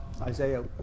Isaiah